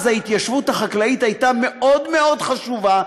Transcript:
אז ההתיישבות החקלאית הייתה מאוד מאוד חשובה,